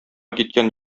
киткән